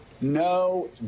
No